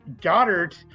Goddard